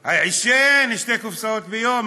עישן, שתי קופסאות ביום.